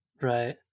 Right